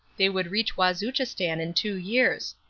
they could reach wazuchistan in two years.